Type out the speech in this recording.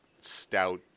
stout